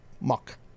muck